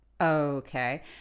Okay